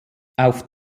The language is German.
auf